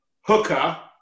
Hooker